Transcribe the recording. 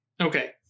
Okay